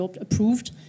approved